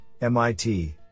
MIT